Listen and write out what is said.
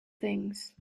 things